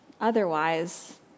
Otherwise